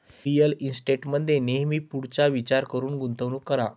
real इस्टेटमध्ये नेहमी पुढचा विचार करून गुंतवणूक करा